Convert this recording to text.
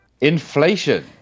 Inflation